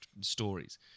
stories